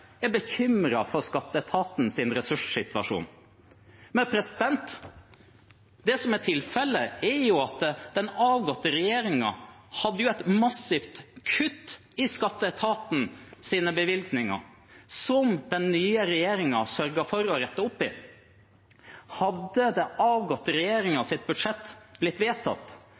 er bekymret for skatteetatens ressurssituasjon. Men det som er tilfellet, er jo at den avgåtte regjeringen hadde et massivt kutt i skatteetatens bevilgninger, noe den nye regjeringen sørget for å rette opp i. Hadde den avgåtte regjeringens budsjett blitt vedtatt,